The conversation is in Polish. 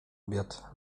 obiad